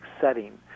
setting